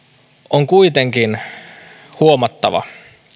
on kuitenkin huomattava